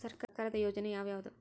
ಸರ್ಕಾರದ ಯೋಜನೆ ಯಾವ್ ಯಾವ್ದ್?